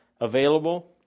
available